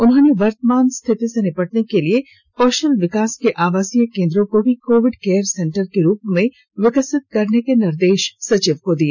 उन्होंने वर्तमान स्थिति से निपटने के लिए कौशल विकास के आवासीय केंद्रों को भी कोविड केयर सेंटर के रूप में विकसित करने के निर्देश सचिव को दिए